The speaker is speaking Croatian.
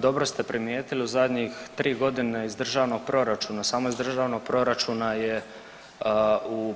Dobro ste primijetili, u zadnjih 3 godine iz državnog proračuna, samo iz državnog proračuna je u